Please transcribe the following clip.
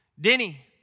Denny